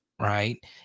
right